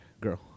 Girl